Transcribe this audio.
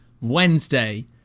Wednesday